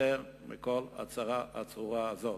ניפטר מכל הצרה הצרורה הזאת.